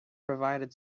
provided